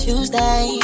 Tuesday